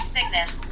Sickness